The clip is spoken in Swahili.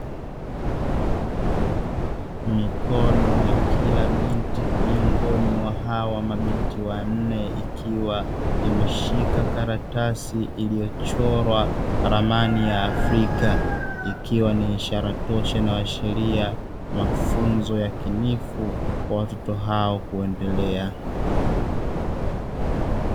Mikono ya kila binti miongoni mwa hawa mabinti wanne ikiwa imeshika karatasi iliyoochorwa ramani ya Afrika, ikiwa ni ishara tosha inayoashiria mafunzo yakinifu kwa watoto hao kuendelea.